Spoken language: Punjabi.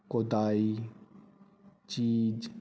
ਕੋਦਾਈ ਚੀਜ਼